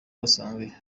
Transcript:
basanzwe